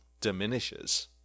diminishes